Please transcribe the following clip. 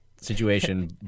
situation